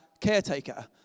caretaker